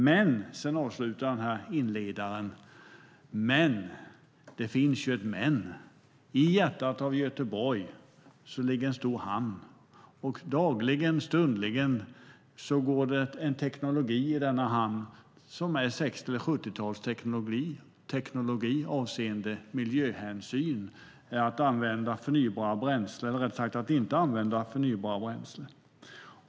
Inledaren avslutade med: Men - det finns ju ett men - i hjärtat av Göteborg ligger en stor hamn, och dagligen och stundligen går det en teknologi i denna hamn som är 60 eller 70-talsteknologi avseende miljöhänsyn och att använda förnybara bränslen, eller rättare sagt att inte använda förnybara bränslen.